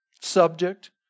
subject